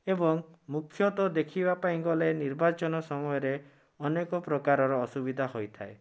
ଏବଂ ମୁଖ୍ୟତଃ ଦେଖିବା ପାଇଁ ଗଲେ ନିର୍ବାଚନ ସମୟରେ ଅନେକ ପ୍ରକାରର ଅସୁବିଧା ହୋଇଥାଏ